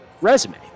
resume